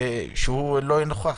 והוא לא יהיה נוכח.